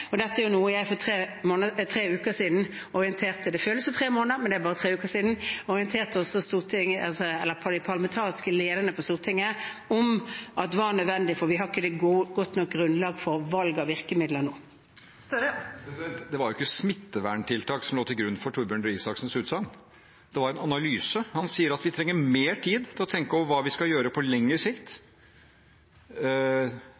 Dette er jo noe jeg for tre uker siden – det føles som tre måneder, men det er bare tre uker siden – orienterte de parlamentariske lederne på Stortinget om var nødvendig, for vi har ikke et godt nok grunnlag for valg av virkemidler nå. Det var jo ikke smitteverntiltak som lå til grunn for Torbjørn Røe Isaksens utsagn. Det var en analyse – han sier at vi trenger mer tid til å tenke over hva vi skal gjøre på lengre sikt.